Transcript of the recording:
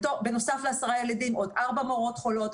בנוסף לעשרה ילדים עוד ארבע מורות חולות.